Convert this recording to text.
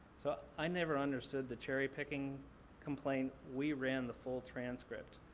so i never understood the cherry-picking complaint. we ran the full transcript.